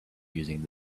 using